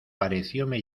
parecióme